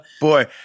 boy